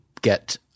get